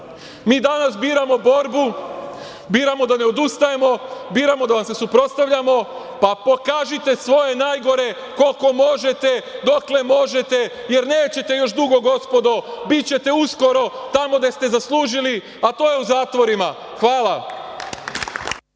danas biramo borbu, biramo da ne odustajemo, biramo da vam se suprotstavljamo, pa pokažite svoje najgore koliko možete, dokle možete, jer nećete još dugo, gospodo. Bićete uskoro tamo gde ste zaslužili, a to je u zatvorima. Hvala.